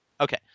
Okay